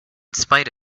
spite